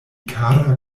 kara